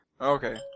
Okay